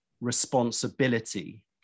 responsibility